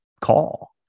call